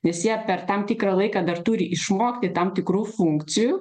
nes jie per tam tikrą laiką dar turi išmokti tam tikrų funkcijų